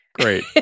Great